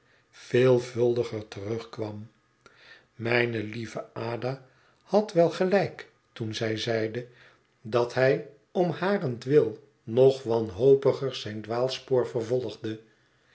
veelvuldiger terugkwam mijne lieve ada had wel gelijk toen zij zeide dat hij om harentwil nog wanhopiger zijn dwaalspoor vervolgde